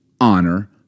honor